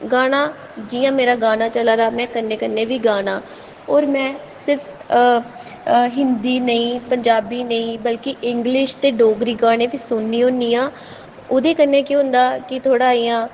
गाना जियां मेरा गाना चला दा में कन्नै कन्नै बी गाना और में सिर्फ हिंदी नेईं पंजाबी नेईं बल्कि इंग्लिश ते डोगरी गाने बी सुननी होन्नी आं ओहदे कन्नै केह् होंदा कि थोह्ड़ा इयां